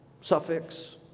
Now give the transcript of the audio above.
suffix